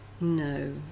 No